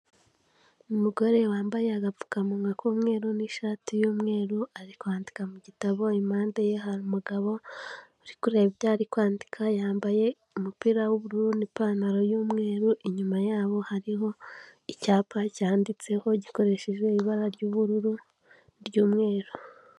Umugore wambaye agapfukamunwa k'umweru n'ishati y'umweru ari kwandika mu gitabo impande ye hari umugabo uri kureba ibyo ari kwandika yambaye umupira w'ubururu n'ipantaro y'umweru inyuma yabo hariho icyapa cyanditseho gikoresheje ibara ry'ubururu ry'umweru